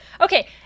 Okay